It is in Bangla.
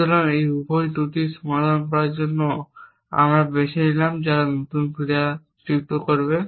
সুতরাং এই উভয় ত্রুটির সমাধান করার জন্য আমরা বেছে নিলাম যারা নতুন ক্রিয়া যুক্ত করবে